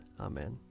Amen